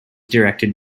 directed